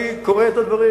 אני קורא את הדברים,